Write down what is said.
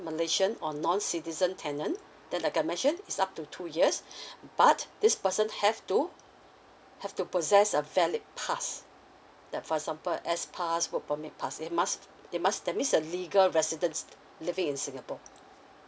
malaysian or non citizen tenant then like I mentioned is up to two years but this person have to have to possess a valid pass like for example S pass work permit pass they must they must that means the legal residents living in singapore